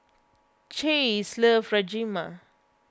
Chase loves Rajma